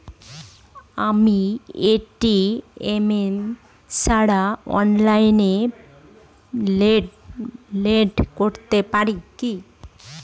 আমি এ.টি.এম ছাড়া অনলাইনে লেনদেন করতে পারি কি?